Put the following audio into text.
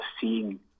seeing